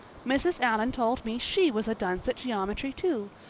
mrs. allan told me she was a dunce at geometry too.